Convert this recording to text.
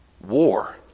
War